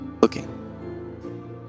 looking